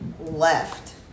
left